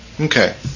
Okay